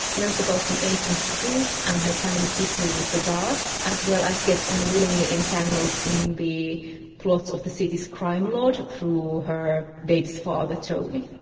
learns about some ancient truths and her family's history with the gods, as well as gets unwillingly entangled in the plots of the city's crime lord through her baby's father, tony.